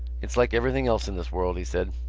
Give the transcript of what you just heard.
it's like everything else in this world, he said.